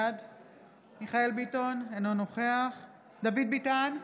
בעד מיכאל מרדכי ביטון, אינו נוכח דוד ביטן,